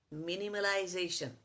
minimalization